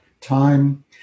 time